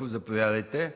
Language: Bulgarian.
Заповядайте